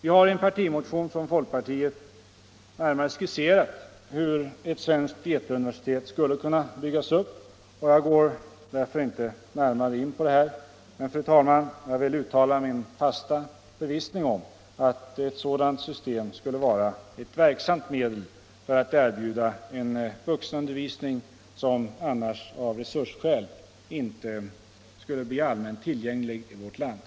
I en partimotion från folkpartiet har vi närmare skisserat hur ett svenskt eteruniversitet skulle kunna byggas upp, och jag går därför inte närmare in på det här. Men, fru talman, jag vill uttala min fasta förvissning om att ett sådant system skulle vara ett verksamt medel för att erbjuda en vuxenundervisning som annars av resursskäl inte skulle bli allmänt tillgänglig i vårt land.